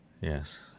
Yes